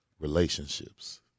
relationships